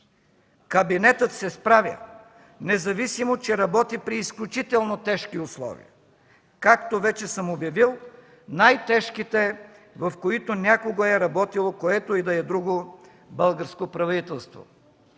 Кабинетът се справя, независимо че работи при изключително тежки условия! Както вече съм обявил, най-тежките, в които някога е работило което и да е друго българско правителство.